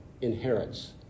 inherits